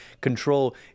control